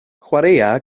chwaraea